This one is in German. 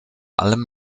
allem